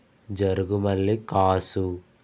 Jarugumalli Kasu